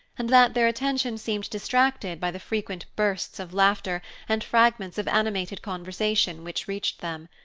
and that their attention seemed distracted by the frequent bursts of laughter and fragments of animated conversation which reached them.